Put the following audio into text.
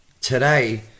today